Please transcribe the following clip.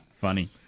Funny